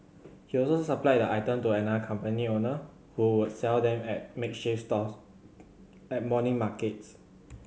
he also supplied the item to another company owner who would sell them at makeshift stalls at morning markets